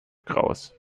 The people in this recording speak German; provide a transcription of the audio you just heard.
krauss